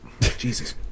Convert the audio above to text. Jesus